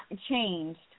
changed